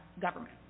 government